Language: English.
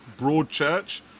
Broadchurch